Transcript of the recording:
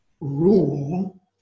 rule